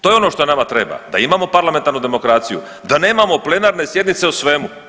To je ono što nama treba, da imamo parlamentarnu dokumentaciju, da nemamo plenarne sjednice o svemu.